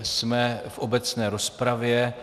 Jsme v obecné rozpravě.